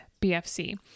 BFC